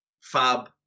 Fab